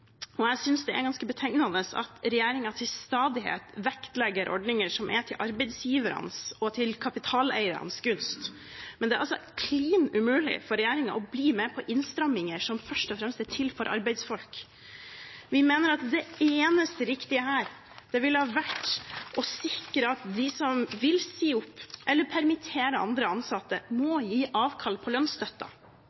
Jeg synes det er ganske betegnende at regjeringen til stadighet vektlegger ordninger som er til arbeidsgivernes og kapitaleiernes gunst, mens det er klin umulig for regjeringen å bli med på innstramminger som først og fremst er til for arbeidsfolk. Vi mener at det eneste riktige her ville vært å sikre at de som vil si opp eller permittere andre ansatte, må